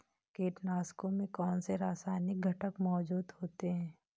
कीटनाशकों में कौनसे रासायनिक घटक मौजूद होते हैं?